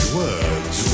words